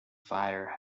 fire